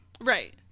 Right